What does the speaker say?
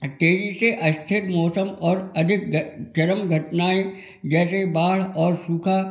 मौसम और अधिक क्रम घटनाएँ जैसे बाढ़ और सूखा